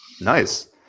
Nice